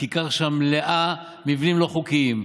הכיכר שם מלאה מבנים לא חוקיים.